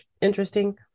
interesting